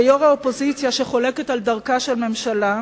כיו"ר האופוזיציה, שחולקת על דרכה של הממשלה,